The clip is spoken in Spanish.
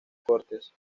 cortes